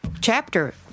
chapter